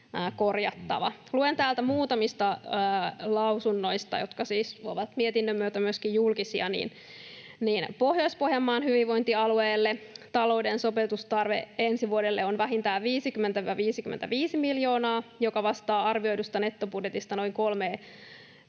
Luen täältä muutamista lausunnoista, jotka siis ovat mietinnön myötä myöskin julkisia: Pohjois-Pohjanmaan hyvinvointialueelle talouden sopeutustarve ensi vuodelle on vähintään 50—55 miljoonaa, joka vastaa arvioidusta nettobudjetista noin 3,3:a